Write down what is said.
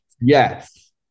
Yes